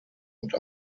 und